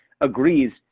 agrees